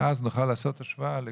אז נוכל לעשות השוואה.